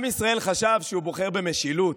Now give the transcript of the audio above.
עם ישראל חשב שהוא בוחר במשילות.